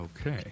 okay